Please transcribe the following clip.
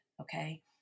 okay